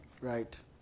Right